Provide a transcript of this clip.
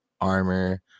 armor